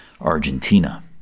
Argentina